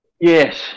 Yes